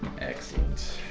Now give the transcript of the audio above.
excellent